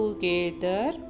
together